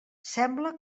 sembla